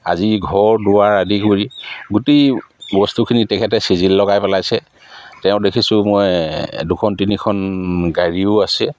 আজি ঘৰ দুৱাৰ আদি কৰি গোটেই বস্তুখিনি তেখেতে চিজিল লগাই পেলাইছে তেওঁ দেখিছোঁ মই দুখন তিনিখন গাড়ীও আছে